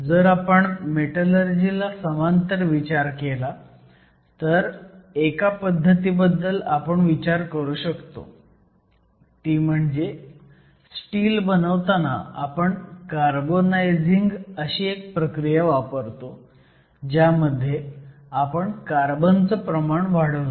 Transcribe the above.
जर आपण मेटलर्जी ला समांतर विचार केला तर एका पद्धतीबद्दल आपण विचार करू शकतो ती म्हणजे स्टील बनवताना आपण कार्बोनायझिंग अशी एक प्रक्रिया वापरतो ज्यामध्ये आपण कार्बनचं प्रमाण वाढवतो